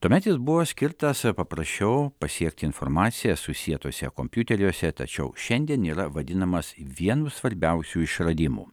tuomet jis buvo skirtas paprasčiau pasiekti informaciją susietuose kompiuteriuose tačiau šiandien yra vadinamas vienu svarbiausių išradimų